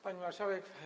Pani Marszałek!